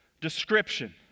description